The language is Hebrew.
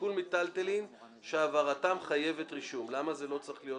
עיקול מיטלטלין שהעברתם חייבת רישום." למה זה לא צריך להיות?